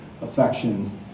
affections